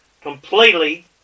completely